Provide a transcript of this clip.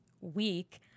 week